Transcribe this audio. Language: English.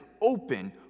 open